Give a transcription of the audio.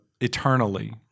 eternally